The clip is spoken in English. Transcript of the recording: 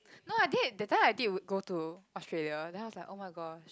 no I did that time I did would go to Australia then I was like oh-my-gosh